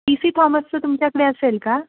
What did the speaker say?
P C थॉमसचं तुमच्याकडे असेल का